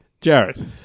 Jared